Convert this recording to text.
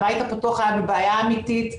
הבית הפתוח היה בבעיה אמיתית.